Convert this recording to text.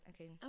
okay